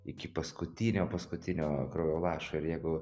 iki paskutinio paskutinio kraujo lašo ir jeigu